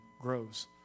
grows